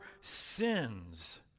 sins